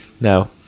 no